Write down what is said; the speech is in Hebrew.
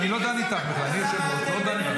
אבל אני שואלת אותך --- אני מבקש לרדת,